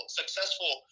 successful